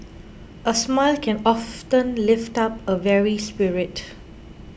a smile can often lift up a weary spirit